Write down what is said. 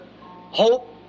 Hope